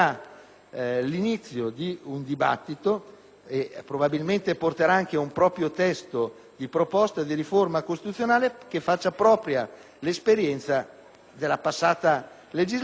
probabilmente porterà anche una propria proposta di riforma costituzionale che faccia propria l'esperienza della passata legislatura e da lì faccia discendere il resto.